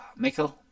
Mikkel